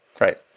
Right